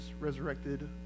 resurrected